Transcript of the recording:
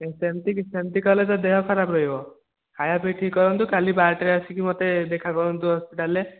ତ ସେମିତି କି ସେମିତି କଲେ ତ ଦେହ ଖରାପ ରହିବ ଖାଇବା ପିଇବା ଠିକ୍ କରନ୍ତୁ କାଲି ବାରଟାରେ ଆସିକି ମୋତେ ଦେଖା କରନ୍ତୁ ହସ୍ପିଟାଲ୍ରେ